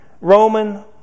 Roman